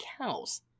cows